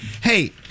Hey